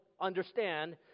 understand